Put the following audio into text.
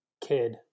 kid